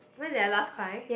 when did I last cry